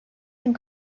and